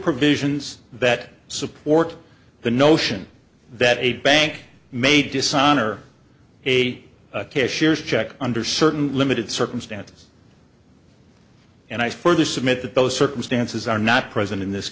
provisions that support the notion that a bank may dishonor a cashier's check under certain limited circumstances and i further submit that those circumstances are not present in this